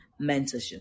mentorship